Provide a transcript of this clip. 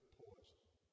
poison